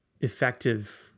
effective